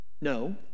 No